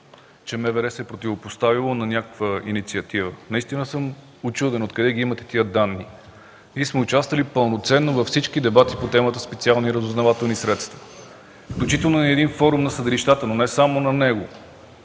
че МВР се е противопоставило на някаква инициатива. Наистина съм учуден откъде ги имате тези данни. Ние сме участвали пълноценно във всички дебати по темата: Специални разузнавателни средства, включително и един Форум на съдилищата, но не само на него.